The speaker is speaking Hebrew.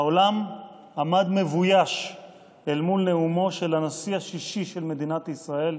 העולם עמד מבויש אל מול נאומו של הנשיא השישי של מדינת ישראל,